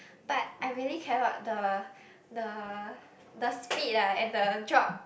but I really cannot the the the speed ah and the drop